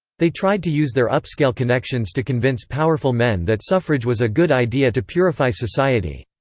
they tried to use their upscale connections to convince powerful men that suffrage was a good idea to purify society.